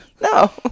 no